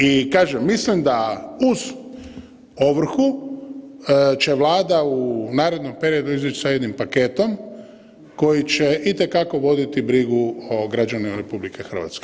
I kažem mislim da uz ovrhu će Vlada u narednom periodu izaći s jednim paketom koji će itekako voditi brigu o građanima RH.